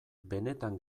benetan